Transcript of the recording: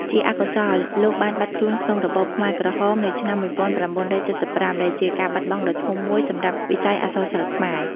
ជាអកុសល លោកបានបាត់ខ្លួនក្នុងរបបខ្មែរក្រហមនៅឆ្នាំ ១៩៧៥ ដែលជាការបាត់បង់ដ៏ធំមួយសម្រាប់វិស័យអក្សរសិល្ប៍ខ្មែរ។